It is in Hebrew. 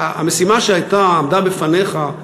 המשימה שעמדה בפניך,